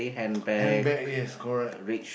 handbag yes is correct